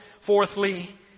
fourthly